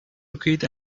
liquid